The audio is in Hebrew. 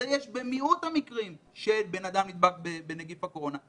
שאת זה יש במיעוט המקרים שבן אדם נדבק בנגיף הקורונה,